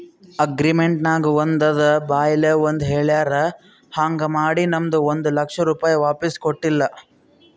agreement ನಾಗ್ ಒಂದ್ ಅದ ಬಾಯ್ಲೆ ಒಂದ್ ಹೆಳ್ಯಾರ್ ಹಾಂಗ್ ಮಾಡಿ ನಮ್ದು ಒಂದ್ ಲಕ್ಷ ರೂಪೆ ವಾಪಿಸ್ ಕೊಟ್ಟಿಲ್ಲ